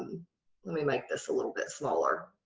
let me make this a little bit smaller,